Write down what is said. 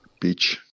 Beach